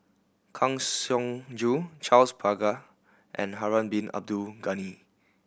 Kang Siong Joo Charles Paglar and Harun Bin Abdul Ghani